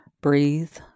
breathe